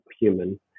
human